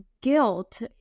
guilt